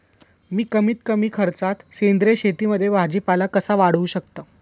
मी कमीत कमी खर्चात सेंद्रिय शेतीमध्ये भाजीपाला कसा वाढवू शकतो?